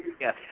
Yes